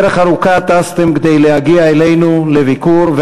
דרך ארוכה טסתם כדי להגיע אלינו לביקור,